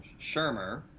Shermer